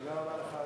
תודה רבה לך,